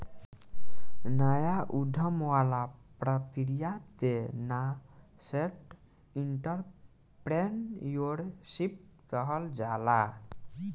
नाया उधम वाला प्रक्रिया के नासेंट एंटरप्रेन्योरशिप कहल जाला